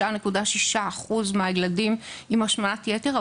76.6% מהילדים עם השמנת יתר,